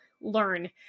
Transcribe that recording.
learn